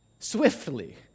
Swiftly